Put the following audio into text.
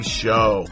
show